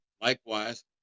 Likewise